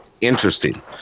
interesting